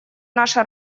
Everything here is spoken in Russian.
наша